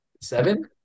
Seven